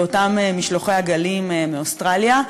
באותם משלוחי עגלים מאוסטרליה.